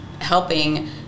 helping